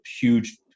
huge